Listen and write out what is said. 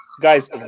guys